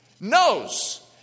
knows